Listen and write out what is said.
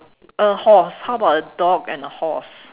a horse how about a dog and a horse